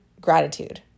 gratitude